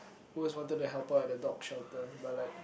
always wanted to help out at a dog shelter but like